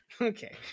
Okay